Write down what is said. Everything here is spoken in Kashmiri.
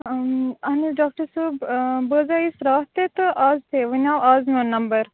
اہن حظ ڈاکٹر صٲب بہٕ حظ آیس راتھ تہِ تہٕ آز تہِ وۄنۍ آو آز میون نَمبر